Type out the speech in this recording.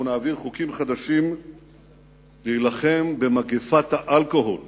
אנחנו נעביר חוקים חדשים להילחם במגפת האלכוהול